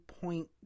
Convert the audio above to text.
point